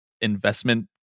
investment